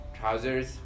Trousers